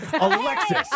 Alexis